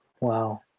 Wow